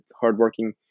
hardworking